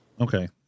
Okay